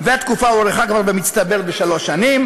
והתקופה הוארכה כבר במצטבר בשלוש שנים,